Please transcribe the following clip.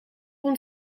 van